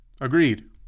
Agreed